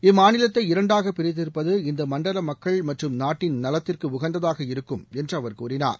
இம்மாநிலத்தை இரண்டாக பிரித்திருப்பது இந்த மண்டல மக்கள் மற்றும் நாட்டின் நலத்துக்கு உகந்ததாக இருக்கும் என்று அவர் கூறினார்